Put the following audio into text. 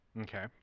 Okay